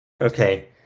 Okay